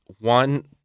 one